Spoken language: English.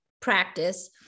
practice